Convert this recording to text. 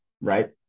right